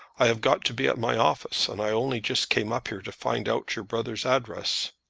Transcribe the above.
i have got to be at my office, and i only just came up here to find out your brother's address.